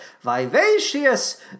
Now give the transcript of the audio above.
vivacious